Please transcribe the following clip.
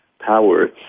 power